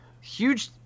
huge